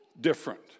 different